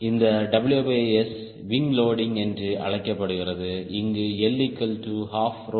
இந்த WSவிங் லோடிங் என்று அழைக்கப்படுகிறது இங்கு L12V2SCLW